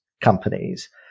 companies